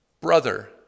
brother